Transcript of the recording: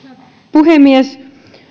puhemies